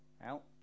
out